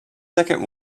second